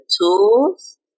tools